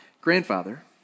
grandfather